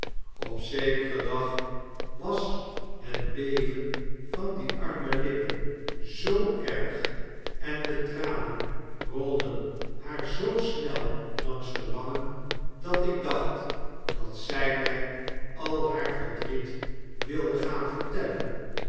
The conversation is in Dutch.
op zekeren dag was het beven van die arme lippen zoo erg en de tranen rolden haar zoo snel langs de wangen datikdachtdat zij mij al haar verdriet wilde gaan vertellen